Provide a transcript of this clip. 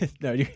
No